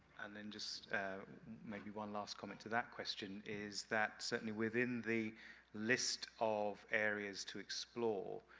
and then, just maybe one last comment to that question is that certainly, within the list of areas to explore,